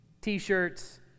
t-shirts